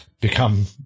become